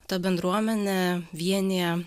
ta bendruomenė vienija